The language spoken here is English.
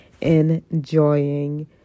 Enjoying